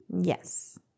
yes